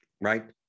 right